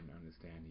understand